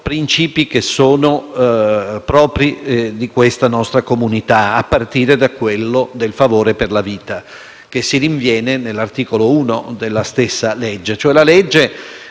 principi propri della nostra comunità, a partire dal favore per la vita, che si rinviene nell'articolo 1 della stessa legge.